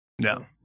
No